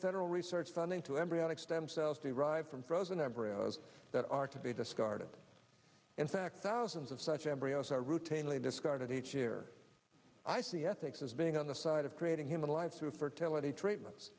all research funding to embryonic stem cells derived from frozen embryos that are to be discarded in fact thousands of such embryos are routinely discarded each year i see ethics as being on the side of creating human life through fertility treatments